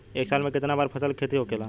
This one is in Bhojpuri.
एक साल में कितना बार फसल के खेती होखेला?